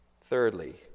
Thirdly